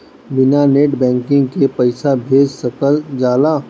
बिना net banking के पईसा भेज सकल जाला?